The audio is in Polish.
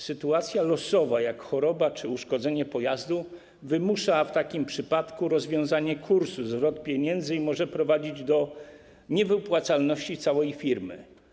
Sytuacja losowa, taka jak choroba czy uszkodzenie pojazdu, wymusza w takim przypadku rozwiązanie kursu, zwrot pieniędzy i może prowadzić do niewypłacalności całej firmy.